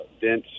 dense